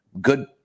good